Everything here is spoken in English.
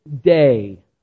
day